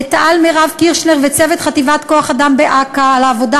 לתא"ל מירב קירשנר וצוות חטיבת כוח-אדם באכ"א על העבודה